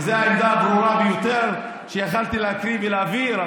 וזו העמדה הברורה ביותר שיכולתי להקריא ולהעביר.